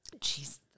Jeez